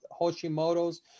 Hoshimoto's